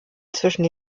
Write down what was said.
zwischen